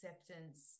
acceptance